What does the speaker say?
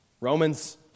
Romans